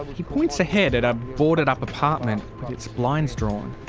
he points ahead at a boarded-up apartment with its blinds drawn.